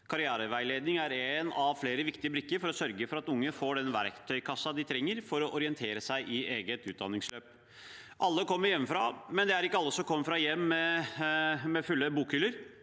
Karriereveiledning er en av flere viktige brikker for å sørge for at unge får den verktøykassa de trenger for å orientere seg i eget utdanningsløp. Alle kommer hjemmefra, men det er ikke alle som kommer fra hjem med fulle bokhyller,